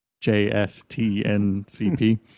J-S-T-N-C-P